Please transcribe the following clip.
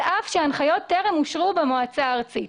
על אף שההנחיות טרם אושרו במועצה הארצית.